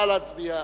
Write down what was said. נא להצביע.